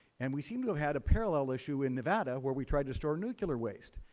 and we seem to have had a parallel issue in nevada where we tried to store nuclear waste,